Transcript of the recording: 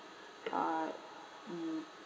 uh um